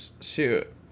shoot